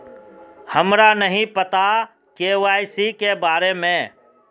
हमरा नहीं पता के.वाई.सी के बारे में?